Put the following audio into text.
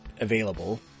available